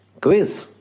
quiz